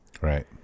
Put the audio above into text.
Right